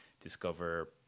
Discover